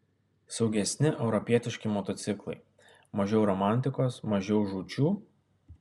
saugesni europietiški motociklai mažiau romantikos mažiau žūčių